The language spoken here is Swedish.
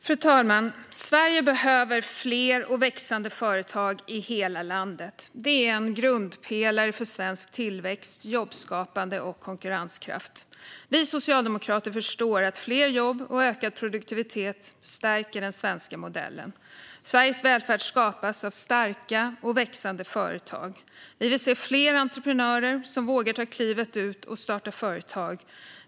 Fru talman! Sverige behöver fler och växande företag i hela landet. Det är en grundpelare för svensk tillväxt, jobbskapande och konkurrenskraft. Vi socialdemokrater förstår att fler jobb och ökad produktivitet stärker den svenska modellen. Sveriges välfärd skapas av starka och växande företag, och vi vill se fler entreprenörer som vågar ta klivet ut och starta företag.